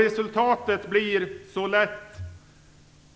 Resultatet blir så lätt